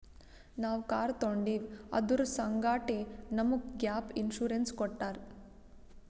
ನಾವ್ ಕಾರ್ ತೊಂಡಿವ್ ಅದುರ್ ಸಂಗಾಟೆ ನಮುಗ್ ಗ್ಯಾಪ್ ಇನ್ಸೂರೆನ್ಸ್ ಕೊಟ್ಟಾರ್